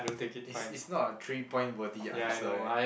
it's it's not a three point worthy answer leh